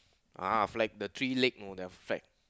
ah flag the three leg know the flag